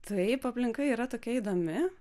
taip aplinka yra tokia įdomi